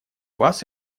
вас